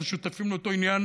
אנחנו שותפים לאותו עניין,